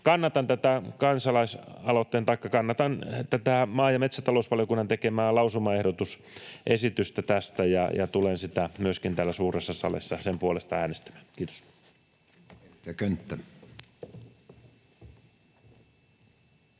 Kannatan tätä maa- ja metsätalousvaliokunnan tekemää lausumaehdotusesitystä tästä ja tulen myöskin täällä suuressa salissa sen puolesta äänestämään. — Kiitos.